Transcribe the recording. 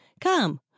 come